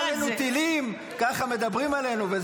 שנפלו עלינו טילים, ככה מדברים עלינו?